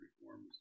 reforms